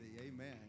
amen